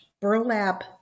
burlap